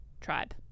tribe